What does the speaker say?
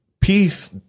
peace